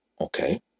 okay